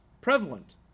prevalent